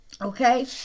Okay